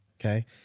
Okay